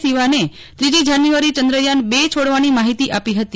સિવાને ત્રીજી જાન્યુઆરીએ ચંદ્રયાન બે છોડવાની માહીતી આપી હતી